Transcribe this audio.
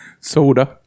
Soda